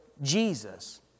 Jesus